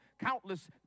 countless